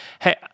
Hey